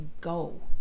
go